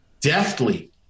deftly